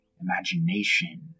imagination